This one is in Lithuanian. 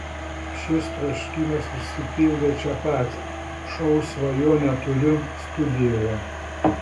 šis troškimas išsipildė čia pat šou svajonę turiu studijoje